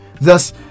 thus